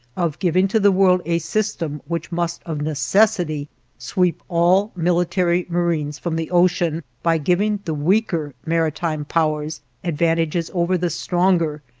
of giving to the world a system which must of necessity sweep all military marines from the ocean, by giving the weaker maritime powers advantages over the stronger,